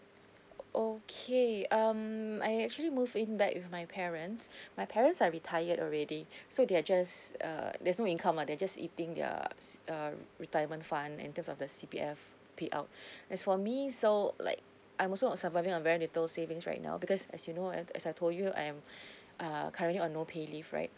okay um I actually moved in back with my parents my parents are retired already so they are just uh there's no income lah they are just eating their s~ uh retirement fund in terms of the C_P_F payout as for me so like I'm also on surviving on very little savings right now because as you know as as I told you I am uh currently on no pay leave right